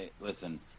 Listen